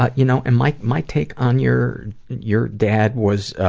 ah you know, and my my take on your your dad was,